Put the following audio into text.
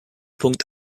punkt